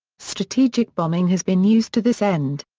strategic bombing has been used to this end.